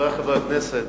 רבותי חברי הכנסת,